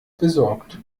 besorgt